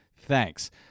Thanks